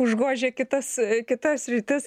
užgožia kitas kitas sritis